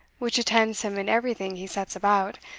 which attends him in everything he sets about,